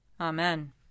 Amen